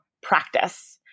practice